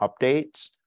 updates